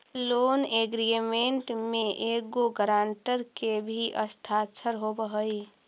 loan agreement में एगो guarantor के भी हस्ताक्षर होवऽ हई